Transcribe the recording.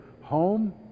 home